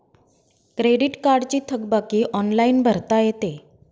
credit कार्डची थकबाकी online भरता येते